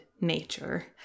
nature